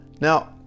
Now